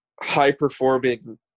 high-performing